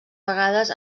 vegades